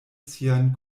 sian